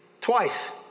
Twice